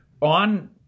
On